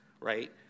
right